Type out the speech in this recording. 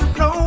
no